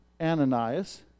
Ananias